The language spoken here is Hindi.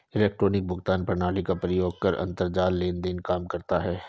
इलेक्ट्रॉनिक भुगतान प्रणाली का प्रयोग कर अंतरजाल लेन देन काम करता है